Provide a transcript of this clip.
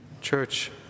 church